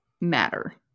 matter